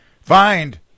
Find